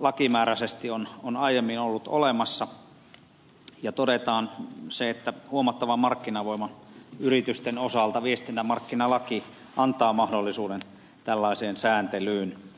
lakimääräisesti on aiemmin ollut olemassa ja todetaan se että huomattava markkinavoima yritysten osalta viestintämarkkinalaki antaa mahdollisuuden tällaiseen sääntelyyn